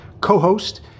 co-host